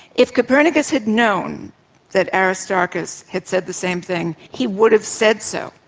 if copernicus had known that aristarchus had said the same thing he would have said so,